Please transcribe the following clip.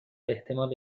احتمال